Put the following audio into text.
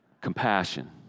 Compassion